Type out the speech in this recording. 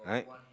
right